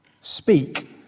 speak